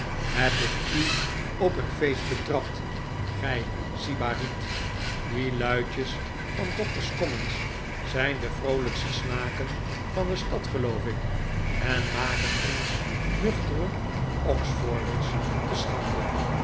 heb ik u op een feest betrapt gij sybariet die luitjes van doctor's commons zijn de vroolijkste snaken van de stad geloof ik en maken ons nuchtere oxforders te scharide